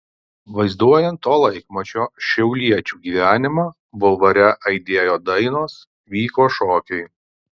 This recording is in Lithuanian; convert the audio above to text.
vaizduojant to laikmečio šiauliečių gyvenimą bulvare aidėjo dainos vyko šokiai